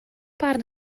barn